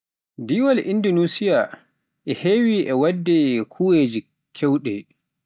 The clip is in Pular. Dewgal Indoneesi ina heewi waɗde kewuuji keewɗi,